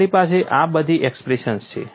તમારી પાસે આ બધી એક્સપ્રેશન્સ છે